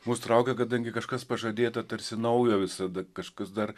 mus traukia kadangi kažkas pažadėta tarsi naujo visada kažkas dar